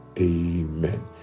amen